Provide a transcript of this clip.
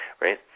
right